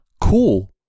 cool